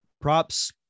props